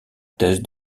thèse